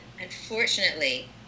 unfortunately